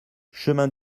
chemin